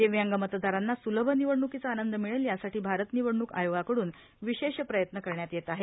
दिव्यांग मतदारांना स्लभ निवडण्कीचा आनंद मिळेल यासाठी भारत निवडण्क आयोगाकड्रन विशेष प्रयत्न करण्यात येत आहेत